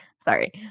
Sorry